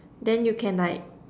then you can like